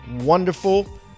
wonderful